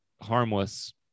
harmless